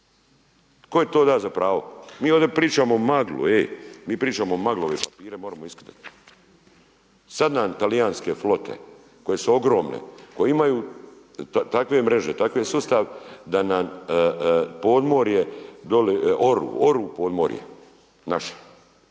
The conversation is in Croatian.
im je to dao za pravo? Mi ovdje pričamo maglu, mi pričamo maglu, ove papire možemo iskidati. Sad nam talijanske flote koje su ogromne, koje imaju takve mreže, takve sustav, da nam podmorje dolje oru, oru podmorje, naše.